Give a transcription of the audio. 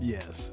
Yes